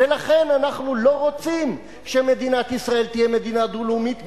ולכן אנחנו לא רוצים שמדינת ישראל תהיה מדינה דו-לאומית.